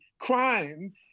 crime